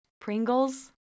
Pringles